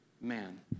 man